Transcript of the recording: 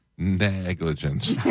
Negligence